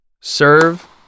Serve